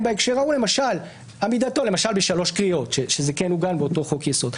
למשל בשלוש קריאות שזה כן עוגן באותו חוק יסוד.